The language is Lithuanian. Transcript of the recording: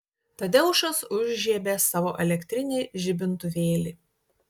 tadeušas užžiebė savo elektrinį žibintuvėlį